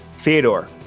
Theodore